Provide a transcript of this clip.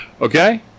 okay